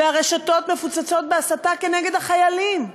והרשתות מפוצצות בהסתה נגד החיילים.